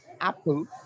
Apple